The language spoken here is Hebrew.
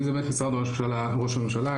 אם זה באמת משרד ראש הממשלה,